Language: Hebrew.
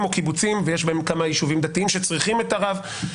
או קיבוצים ויש בהם כמה יישובים דתיים שצריכים את הרב,